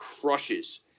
crushes